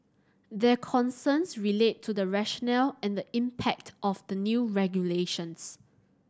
their concerns relate to the rationale and the impact of the new regulations